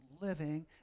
living